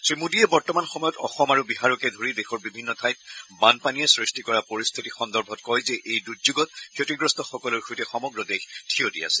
শ্ৰীমোডীয়ে বৰ্তমান সময়ত অসম আৰু বিহাৰকে ধৰি দেশৰ বিভিন্ন ঠাইত বানপানীয়ে সৃষ্টি কৰা পৰিস্থিতি সন্দৰ্ভত কয় যে এই দুৰ্যেগত ক্ষতিগ্ৰস্তসকলৰ সৈতে সমগ্ৰ দেশ থিয় দি আছে